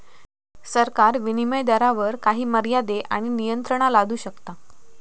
सरकार विनीमय दरावर काही मर्यादे आणि नियंत्रणा लादू शकता